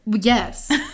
Yes